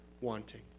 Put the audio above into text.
wanting